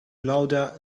louder